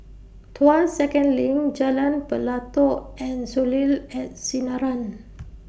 Tuas Second LINK Jalan Pelatok and Soleil At Sinaran